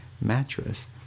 mattress